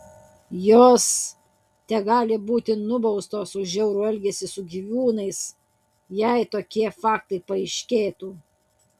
jos tegali būti nubaustos už žiaurų elgesį su gyvūnais jei tokie faktai paaiškėtų